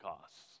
costs